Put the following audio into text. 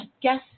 guess